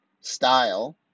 style